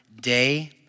day